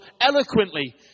eloquently